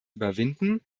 überwinden